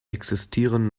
existieren